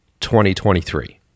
2023